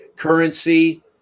Currency